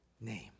name